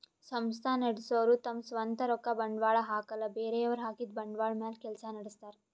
ಸಂಸ್ಥಾ ನಡಸೋರು ತಮ್ ಸ್ವಂತ್ ರೊಕ್ಕ ಬಂಡ್ವಾಳ್ ಹಾಕಲ್ಲ ಬೇರೆಯವ್ರ್ ಹಾಕಿದ್ದ ಬಂಡ್ವಾಳ್ ಮ್ಯಾಲ್ ಕೆಲ್ಸ ನಡಸ್ತಾರ್